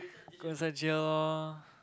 go inside jail lor